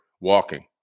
walking